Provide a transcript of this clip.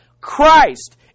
Christ